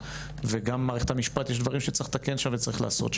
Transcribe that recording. וגם במערכת המשפט יש דברים שצריך לתקן ודברים שצריך לעשות,